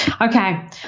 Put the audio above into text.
Okay